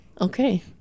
Okay